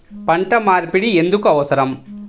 పంట మార్పిడి ఎందుకు అవసరం?